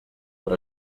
per